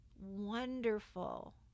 wonderful